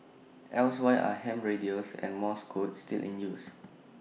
else why are ham radios and morse code still in use